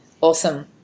awesome